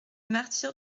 martyrs